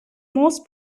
most